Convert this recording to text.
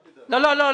אל תדאג לי.